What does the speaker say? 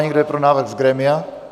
Kdo je pro návrh z grémia?